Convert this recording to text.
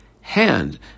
hand